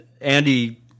Andy